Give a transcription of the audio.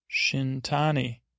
Shintani